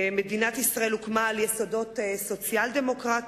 מדינת ישראל הוקמה על יסודות סוציאל-דמוקרטיים.